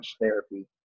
therapy